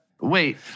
Wait